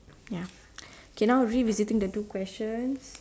ya so now revisiting the two questions